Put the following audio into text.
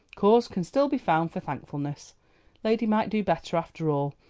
cause can still be found for thankfulness lady might do better after all,